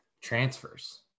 transfers